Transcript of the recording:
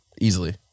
Easily